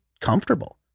comfortable